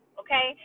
okay